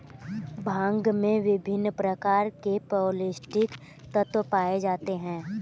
भांग में विभिन्न प्रकार के पौस्टिक तत्त्व पाए जाते हैं